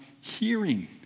hearing